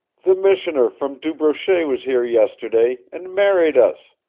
the missioner from du brochet was here yesterday, and married us,